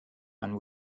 and